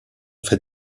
fait